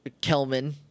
Kelman